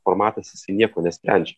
formatas jisai nieko nesprendžia